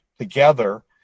together